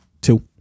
two